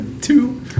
Two